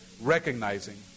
recognizing